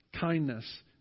kindness